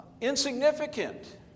insignificant